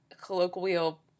Colloquial